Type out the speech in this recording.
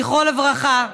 זכרו לברכה.